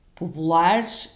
populares